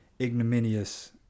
ignominious